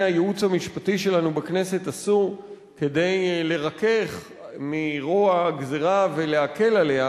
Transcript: הייעוץ המשפטי שלנו בכנסת עשו כדי לרכך את רוע הגזירה ולהקל עליה,